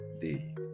day